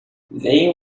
they